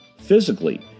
Physically